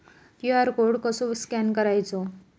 QR code कसो scan करायचो?